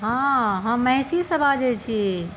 हँ हम महिषीसँ बाजै छी